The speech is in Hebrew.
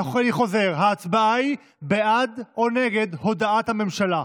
אני חוזר: ההצבעה היא בעד או נגד הודעת הממשלה.